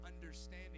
understanding